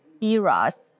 eras